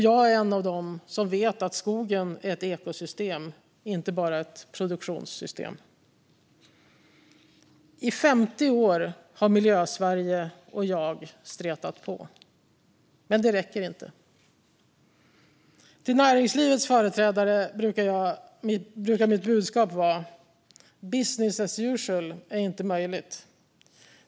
Jag är en av dem som vet att skogen är ett ekosystem, inte bara ett produktionssystem. I 50 år har Miljösverige och jag stretat på, men det räcker inte. Till näringslivets företrädare brukar mitt budskap vara att business as usual inte är möjligt.